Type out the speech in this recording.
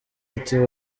ati